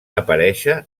aparèixer